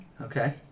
Okay